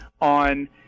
on